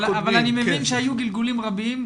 אבל אני מבין שהיו גלגולים רבים,